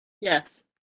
Yes